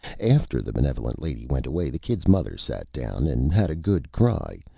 after the benevolent lady went away the kid's mother sat down and had a good cry,